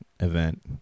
event